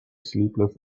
sleepless